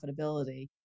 profitability